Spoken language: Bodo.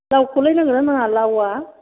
लावखौलाय नांगौना नाङा लावा